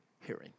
hearing